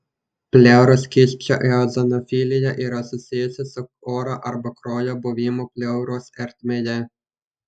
pleuros skysčio eozinofilija yra susijusi su oro arba kraujo buvimu pleuros ertmėje